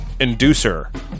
Inducer